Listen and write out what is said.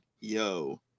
yo